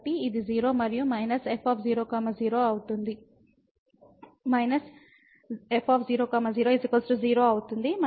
ఇది 0 మరియు minus f0 0 0 అవుతుంది మరియు ఇవ్వబడుతుంది